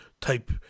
type